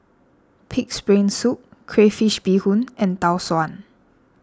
Pig's Brain Soup Crayfish BeeHoon and Tau Suan